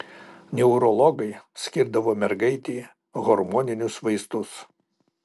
neurologai skirdavo mergaitei hormoninius vaistus